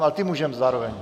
A ty můžeme zároveň?